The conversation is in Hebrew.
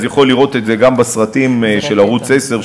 יכול לראות את זה גם בסרטים של ערוץ 10,